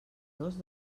dos